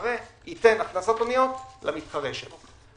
שמתחרה ייתן הכנסות אוניות למתחרה שלו.